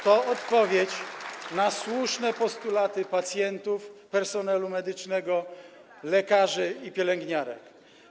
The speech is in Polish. To jest odpowiedź na słuszne postulaty pacjentów, personelu medycznego, lekarzy i pielęgniarek.